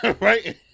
right